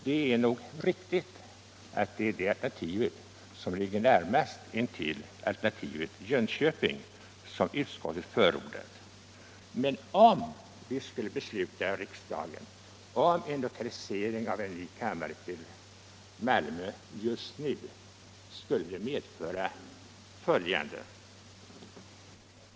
Det är nog riktigt att detta alternativ ligger närmast alternativet Jönköping, som utskottet förordat. Men om riksdagen ville besluta lokalisering av en ny kammarrätt till Malmö just nu, skulle detta medföra följande.